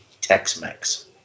Tex-Mex